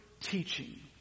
teaching